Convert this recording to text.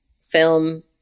film